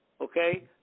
okay